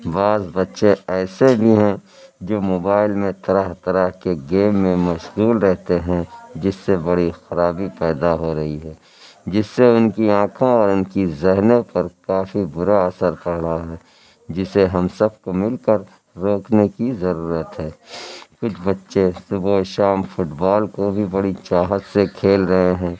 بعض بچے ایسے بھی ہیں جو موبائل میں طرح طرح کے گیم میں مشغول رہتے ہیں جس سے بڑی خرابی پیدا ہو رہی ہے جس سے ان کی آنکھوں اور ان کی ذہنوں پر کافی برا اثر پڑ رہا ہے جسے ہم سب کو مل کر روکنے کی ضرورت ہے کچھ بچے صبح شام فٹ بال کو بھی بڑی چاہت سے کھیل رہے ہیں